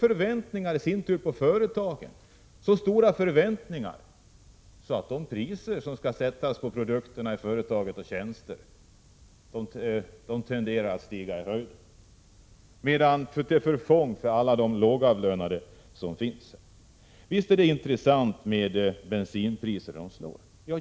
1986/87:103 har så höga förväntningar att de priser som skall sättas på produkterna och på — 7 april 1987 tjänster i företagen tenderar att stiga, till förfång för alla de lågavlönade. Visst är det intressant med bensinpriserna.